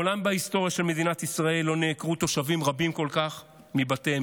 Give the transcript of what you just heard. מעולם בהיסטוריה של מדינת ישראל לא נעקרו תושבים רבים כל כך מבתיהם,